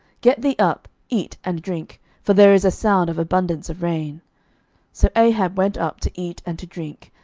get thee up, eat and drink for there is a sound of abundance of rain so ahab went up to eat and to drink.